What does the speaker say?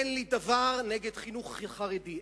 אין לי דבר נגד חינוך חרדי,